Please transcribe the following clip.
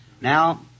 Now